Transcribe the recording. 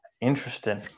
Interesting